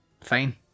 Fine